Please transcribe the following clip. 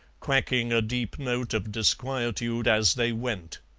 quacking a deep note of disquietude as they went.